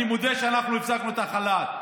אני מודה שאנחנו הפסקנו את החל"ת,